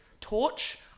torch